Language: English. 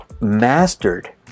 mastered